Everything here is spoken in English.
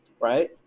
right